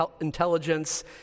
intelligence